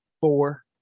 four